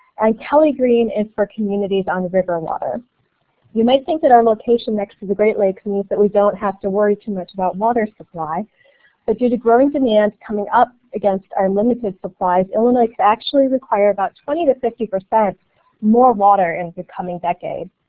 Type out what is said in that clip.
and kelly green is for communities on river water. you may think that our location next to the great lakes means that we don't have to worry too much about water supply but due to growing demand coming up against our limited supplies illinois could actually require about twenty to fifty percent more water in the coming decade.